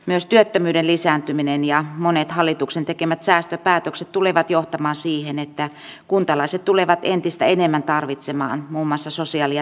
myös työttömyyden lisääntyminen ja monet hallituksen tekemät säästöpäätökset tulevat johtamaan siihen että kuntalaiset tulevat entistä enemmän tarvitsemaan muun muassa sosiaali ja terveyspalveluita